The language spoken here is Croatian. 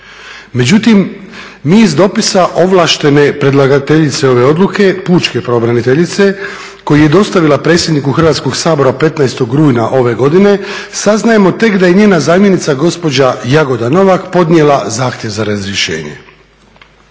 Međutim, mi iz dopisa ovlaštene predlagateljice ove odluke pučke pravobraniteljice koji je dostavila predsjedniku Hrvatskoga sabora 15. rujna ove godine saznajemo tek da je njena zamjenica gospođa Jagoda Novak podnijela zahtjev za razrješenje.